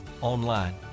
online